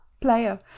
player